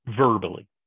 verbally